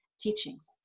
teachings